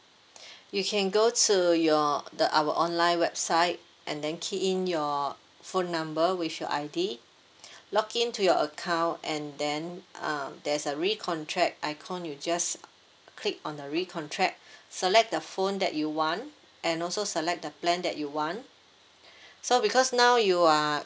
you can go to your the our online website and then key in your phone number with your I_D login to your account and then um there's a recontract icon you just click on the recontract select the phone that you want and also select the plan that you want so because now you are